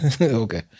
Okay